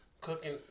Cooking